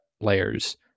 layers